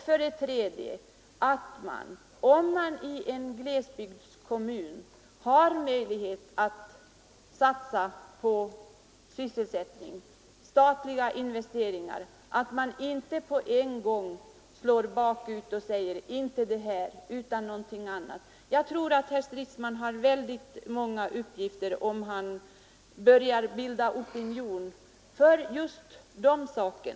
För det tredje gäller det, om man i en glesbygdskommun har möjlighet att satsa på sysselsättning genom statliga investeringar, att inte på en gång slå bakut och säga: ”Inte det här utan någonting annat!” Jag tror att herr Stridsman har många uppgifter om han börjar bilda opinion för dessa saker.